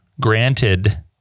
granted